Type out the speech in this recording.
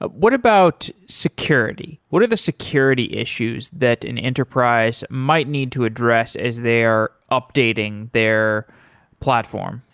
ah what about security? what are the security issues that an enterprise might need to address as they're updating their platform?